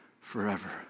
forever